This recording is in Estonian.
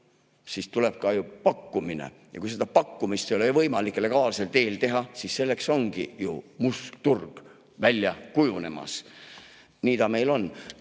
siis tuleb ka pakkumine. Ja kui pakkumist ei ole võimalik legaalsel teel teha, siis selleks ongi must turg välja kujunemas. Nii ta meil on.